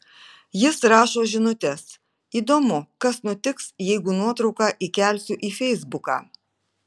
jis rašo žinutes įdomu kas nutiks jeigu nuotrauką įkelsiu į feisbuką